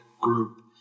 group